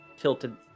tilted